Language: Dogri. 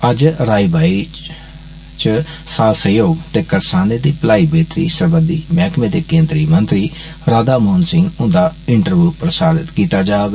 अज्ज राई बाई च साथ सहयोग ते करसाने दी भलाई बेहतरी सरबंधी मैहकमे दे केन्द्री मंत्री राधा मोहन सिंह हुन्दा इंटव्यू प्रसारित कीता जाग